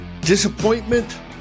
Disappointment